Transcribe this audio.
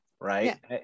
right